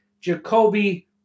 Jacoby